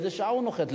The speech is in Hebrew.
באיזה שעה הוא נוחת.